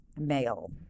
male